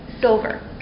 silver